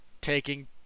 taking